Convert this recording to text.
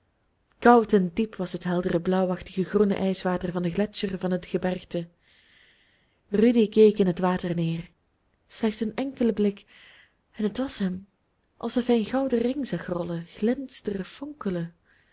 koud en diep was het heldere blauwachtig groene ijswater van den gletscher van het gebergte rudy keek in het water neer slechts een enkele blik en het was hem alsof hij een gouden ring zag rollen glinsteren fonkelen